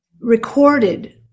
recorded